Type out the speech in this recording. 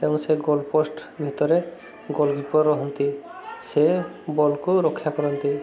ତେଣୁ ସେ goal post ଭିତରେ ଗୋଲ୍କିପର୍ ରହନ୍ତି ସେ ବଲ୍କୁ ରକ୍ଷା କରନ୍ତି